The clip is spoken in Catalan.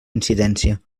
incidència